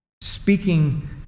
speaking